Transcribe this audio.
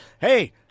hey